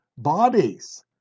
bodies